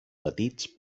petits